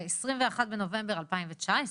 ב-21 בנובמבר 2019,